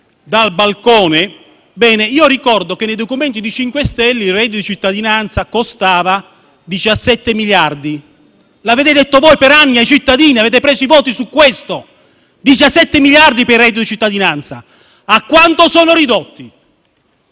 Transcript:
ricordo che nei documenti del Movimento 5 Stelle il reddito cittadinanza costava 17 miliardi. L'avete detto voi per anni ai cittadini, avete preso i voti su questo punto, parlando di 17 miliardi per il reddito cittadinanza. A quanto sono ridotti?